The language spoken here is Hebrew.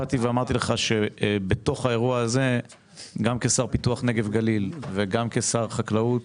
באתי ואמרתי לך שכשר פיתוח נגב-גליל וכשר החקלאות